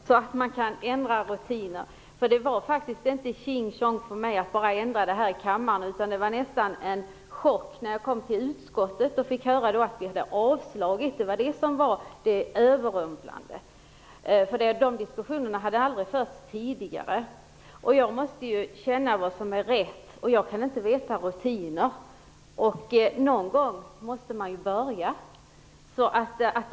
Herr talman! Det är positivt att Inger Lundberg också tycker att man kan ändra rutinerna. Jag ändrade mig faktiskt inte bara "tjing tjong" här i kammaren. Jag fick nästan en chock i utskottet när jag fick höra att man ville avslå rapporten. Det var överrumplande. Det hade aldrig sagts tidigare. Jag måste ju känna efter vad som är rätt. Jag kan inte rutinerna. Någon gång måste man ju börja.